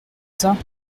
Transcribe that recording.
sais